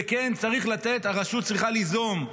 וכן צריך לתת, והרשות צריכה ליזום,